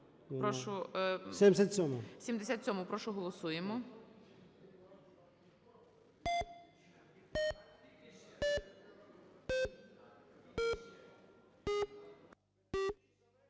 77-у, прошу, голосуємо.